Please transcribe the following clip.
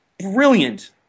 brilliant